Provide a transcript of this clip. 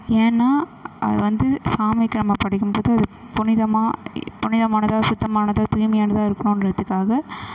ஏன்னா அது வந்து சாமிக்கு நம்ம படைக்கும் போது அது புனிதமாக புனிதமானதாக சுத்தமானதாக தூய்மையானதாக இருக்கணுன்றதுக்காக